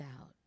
out